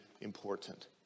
important